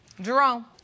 Jerome